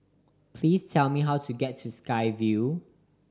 please tell me how to get to Sky Vue